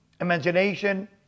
imagination